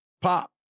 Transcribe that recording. Pop